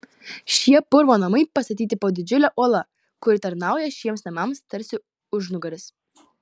šie purvo namai pastatyti po didžiule uola kuri tarnauja šiems namams tarsi užnugaris